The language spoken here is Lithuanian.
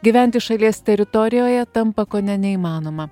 gyventi šalies teritorijoje tampa kone neįmanoma